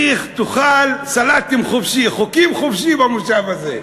תאכל סלטים חופשי, חוקים חופשי במושב הזה.